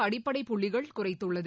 அடிப்படை புள்ளிகள் குறைத்துள்ளது